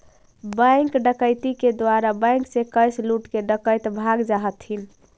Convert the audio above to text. bank डकैती के द्वारा बैंक से कैश लूटके डकैत भाग जा हथिन